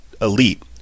elite